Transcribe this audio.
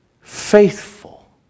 faithful